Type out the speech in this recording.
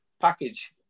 package